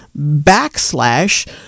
backslash